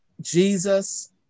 Jesus